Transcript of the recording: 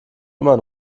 immer